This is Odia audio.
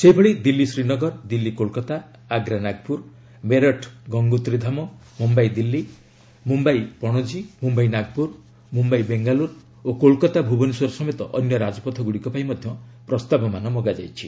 ସେହିଭଳି ଦିଲ୍ଲୀ ଶ୍ରୀନଗର ଦିଲ୍ଲୀ କୋଲକାତା ଆଗ୍ରା ନାଗପୁର ମେରଠ ଗଙ୍ଗୋତ୍ରୀ ଧାମ ମୁମ୍ବାଇ ଦିଲ୍ଲୀ ମୁମ୍ବାଇ ପଶଜୀ ମୁମ୍ବାଇ ନାଗପୁର ମୁମ୍ଘାଇ ବେଙ୍ଗାଲୁରୁ ଓ କୋଲକାତା ଭୁବନେଶ୍ୱର ସମେତ ଅନ୍ୟ ରାଜପଥଗୁଡ଼ିକ ପାଇଁ ମଧ୍ୟ ପ୍ରସ୍ତାବମାନ ମଗାଯାଇଛି